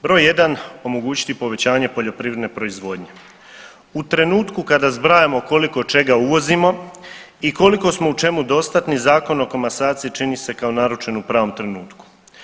Broj jedan, omogućiti povećanje poljoprivredne proizvodnje, u trenutku kada zbrajamo koliko čega uvozimo i koliko smo u čemu dostatni Zakon o komasaciji čini se kao naručen u pravom trenutku.